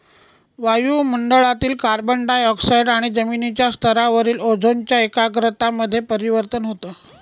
वायु मंडळातील carbon dioxide आणि जमिनीच्या स्तरावरील ओझोनच्या एकाग्रता मध्ये परिवर्तन होतं